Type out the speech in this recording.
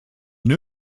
new